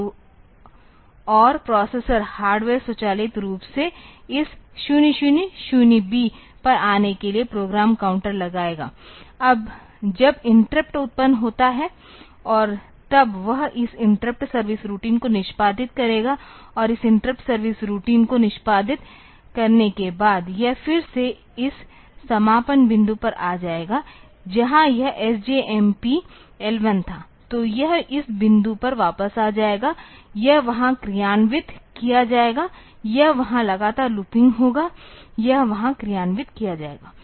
तो और processor hardware स्वचालित रूप से इस 000B पर आने के लिए प्रोग्राम काउंटर लगाएगा जब इंटरप्ट उत्पन्न होता है और तब वह इस इंटरप्ट सर्विस रूटीन को निष्पादित करेगा और इस इंटरप्ट सर्विस रूटीन को निष्पादित करने के बाद यह फिर से इस समापन बिंदु पर आ जाएगा जहां यह SJMP L 1 था तो यह इस बिंदु पर वापस आ जाएगा यह वहाँ क्रियान्वित किया जाएगा यह वहाँ लगातार लूपिंग होगा यह वहाँ क्रियान्वित किया जाएगा